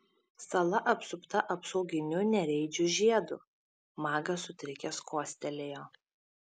sala apsupta apsauginiu nereidžių žiedu magas sutrikęs kostelėjo